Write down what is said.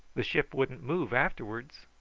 the ship wouldn't move afterwards.